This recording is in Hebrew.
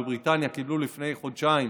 בבריטניה קיבלו לפני חודשיים,